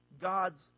God's